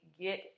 get